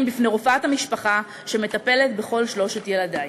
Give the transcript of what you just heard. בפני רופאת המשפחה שמטפלת בכל שלושת ילדי?